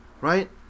Right